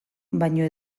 baina